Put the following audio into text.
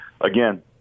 again